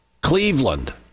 Cleveland